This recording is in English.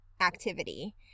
activity